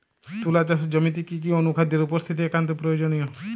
তুলা চাষের জমিতে কি কি অনুখাদ্যের উপস্থিতি একান্ত প্রয়োজনীয়?